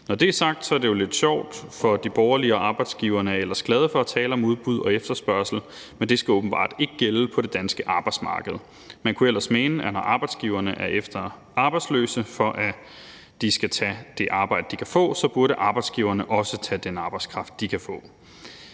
Når det er sagt, er det jo lidt sjovt, for de borgerlige og arbejdsgiverne er ellers glade for at tale om udbud og efterspørgsel, men det skal åbenbart ikke gælde på det danske arbejdsmarked. Man kunne ellers mene, at når arbejdsgiverne er efter arbejdsløse for, at de skal tage det arbejde, de kan få, så burde arbejdsgiverne også tage den arbejdskraft, de kan få.